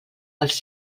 als